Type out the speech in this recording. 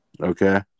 Okay